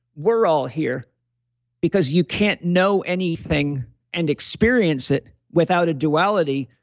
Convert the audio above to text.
we're all here because you can't know anything and experience it without a duality.